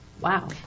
Wow